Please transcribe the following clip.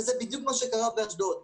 וזה בדיוק מה שקרה באשדוד.